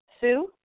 Sue